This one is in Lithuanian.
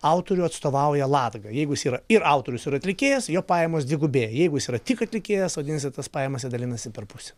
autorių atstovauja latga jeigu jis yra ir autorius ir atlikėjas jo pajamos dvigubėja jeigu jis yra tik atlikėjas vadinasi tas pajamas jie dalinasi per pusę